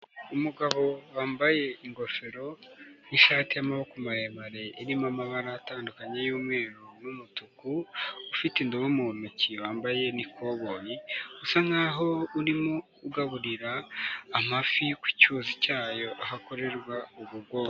Umugabo wambaye ingofero n'ishati y'amaboko maremare irimo amabara atandukanye yumweru n'umutuku, ufite indobo mu ntoki, wambaye n'ikoboyi, usa nk'aho urimo ugaburira amafi ku cyuzi cyayo, ahakorerwa ubu bworozi.